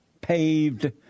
paved